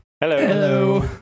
Hello